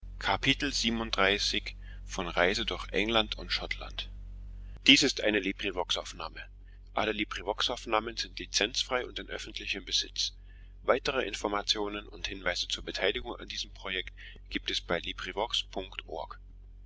so gibt es